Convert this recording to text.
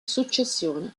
successione